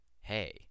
hey